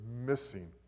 missing